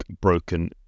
broken